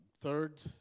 third